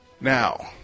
Now